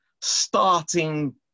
starting